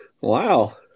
Wow